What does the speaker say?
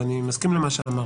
ואני מסכים להם,